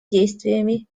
действиями